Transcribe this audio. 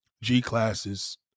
G-Classes